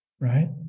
right